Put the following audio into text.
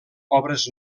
obres